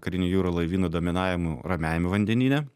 karinių jūrų laivynų dominavimu ramiajam vandenyne